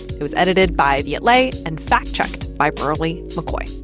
it was edited by viet le and fact-checked by berly mccoy.